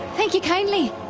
thank you kindly.